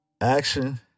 action